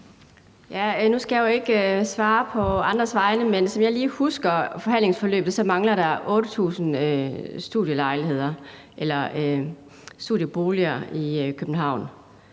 Nu skal jeg jo ikke svare på andres vegne, men som jeg lige husker det fra forhandlingsforløbet, mangler der 8.000 studieboliger i København,